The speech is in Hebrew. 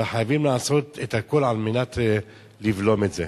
וחייבים לעשות את הכול כדי לבלום את זה.